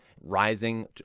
rising